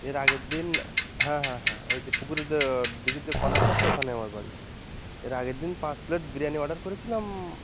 এর আগের দিন হ্যাঁ হ্যাঁ হ্যাঁ ওই যে পুকুরের যে দিঘির যে কর্নারটা আছে ওখানে আমার বাড়ি এর আগের দিন পাঁচ প্লেট বিরিয়ানি অর্ডার করেছিলাম